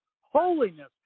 holiness